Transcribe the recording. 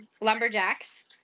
lumberjacks